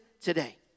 today